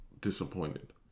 disappointed